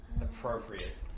appropriate